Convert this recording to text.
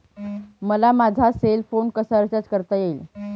मला माझा cell phone कसा रिचार्ज करता येईल?